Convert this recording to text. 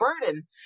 burden